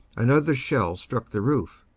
another shell struck the roof.